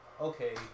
okay